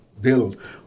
build